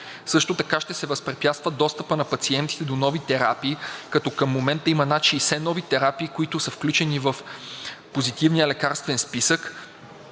Също така, ще се възпрепятства достъпът на пациентите до нови терапии, като към момента има над 60 нови терапии, които са включени в Позитивния лекарствен списък,